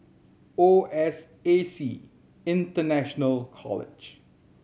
O S A C International College